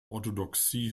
orthodoxie